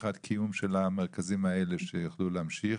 הקיום של המרכזים האלה שיוכלו להמשיך,